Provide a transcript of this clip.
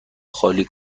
خالی